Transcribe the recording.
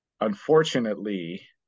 unfortunately